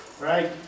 Right